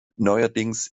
neuerdings